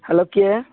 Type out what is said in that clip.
hello କିଏ